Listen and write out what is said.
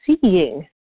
seeing